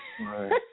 Right